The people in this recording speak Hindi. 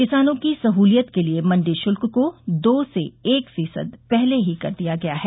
किसानों की सहूलियत के लिये मंडी शुल्क को दो से एक फीसद पहले ही कर दिया गया है